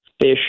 fish